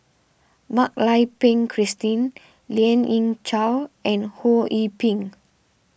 Mak Lai Peng Christine Lien Ying Chow and Ho Yee Ping